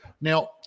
Now